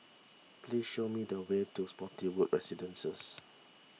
please show me the way to Spottiswoode Residences